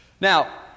Now